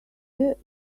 ear